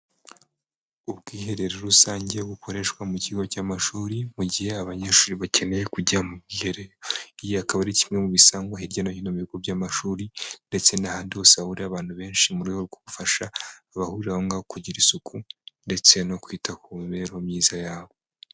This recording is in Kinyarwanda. Ubwiherero rusange bukoreshwa mu kigo cy'amashuri mu gihe abanyeshuri bakeneye kujya mu bwiherero. Iyi akaba ari kimwe mu bisangwa hirya no hino mu bigo by'amashuri ndetse n'ahandi hose hahuriye abantu benshi mu rwego rwo gufasha abahurira aho ngaho kugira isuku ndetse no kwita ku mibereho myiza yabo.